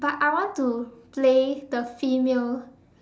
but I want to play the female